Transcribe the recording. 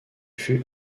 fut